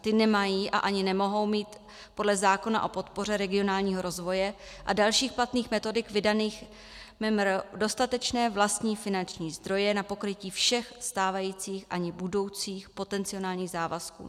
Ty nemají a ani nemohou mít podle zákona o podpoře regionálního rozvoje a dalších platných metodik vydaných MMR dostatečné vlastní finanční zdroje na pokrytí všech stávajících a ani budoucích potenciálních závazků.